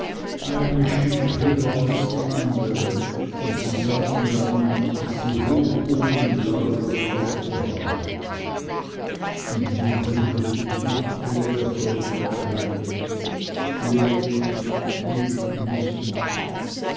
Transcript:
eine stieg höher als die andere und sie sah ihr nach bis sie hoch oben im blau verschwunden war in den himmel ach wer ihr folgen könnte leben leben müssen